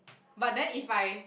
but then if I